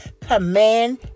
Command